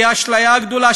שהיא אשליה גדולה,